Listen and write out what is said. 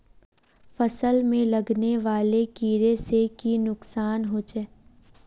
फसल में लगने वाले कीड़े से की नुकसान होचे?